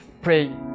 pray